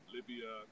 Libya